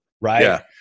Right